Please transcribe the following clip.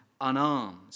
unarmed